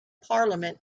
parliament